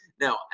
Now